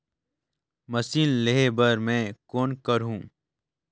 Machine लेहे बर मै कौन करहूं?